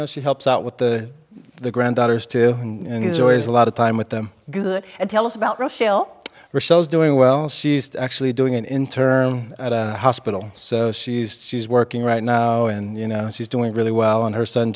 know she helps out with the the granddaughters too and it's always a lot of time with them good and tell us about rochelle resells doing well she's actually doing an internal hospital so she's working right now and you know she's doing really well and her son